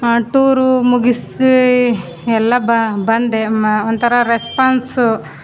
tour ಮುಗಿಸಿ ಎಲ್ಲ ಬಂದೆ ಮ ಒಂಥರ ರೆಸ್ಪಾನ್ಸು